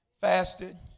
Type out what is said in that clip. fasted